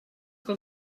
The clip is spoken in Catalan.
que